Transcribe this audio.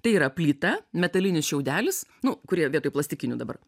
tai yra plyta metalinis šiaudelis nu kurie vietoj plastikinių dabar